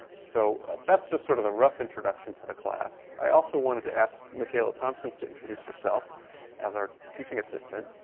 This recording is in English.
so that's just sort of a rough introduction to the class. i also wanted to ask michaela thompson to introduce herself as our teaching assistant.